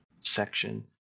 section